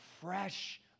fresh